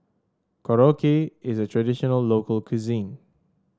korokke is a traditional local cuisine